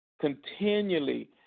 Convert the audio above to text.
continually